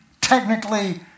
technically